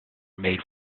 made